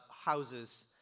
houses